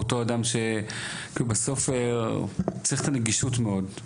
בסוף צריך את הנגישות מאוד.